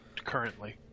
Currently